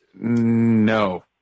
no